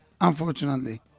unfortunately